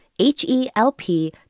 H-E-L-P